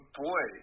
boy